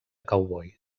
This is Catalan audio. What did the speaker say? cowboy